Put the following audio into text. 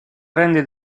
rende